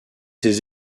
ses